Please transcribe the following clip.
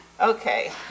Okay